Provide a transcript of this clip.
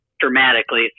dramatically